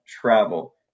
travel